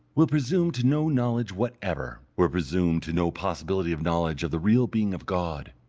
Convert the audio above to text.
will presume to no knowledge whatever, will presume to no possibility of knowledge of the real being of god.